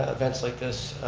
events like this,